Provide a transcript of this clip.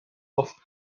off